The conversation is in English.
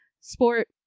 sport